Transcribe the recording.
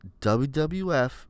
wwf